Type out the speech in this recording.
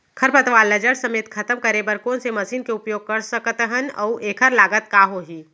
खरपतवार ला जड़ समेत खतम करे बर कोन से मशीन के उपयोग कर सकत हन अऊ एखर लागत का होही?